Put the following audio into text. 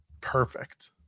perfect